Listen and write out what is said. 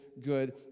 good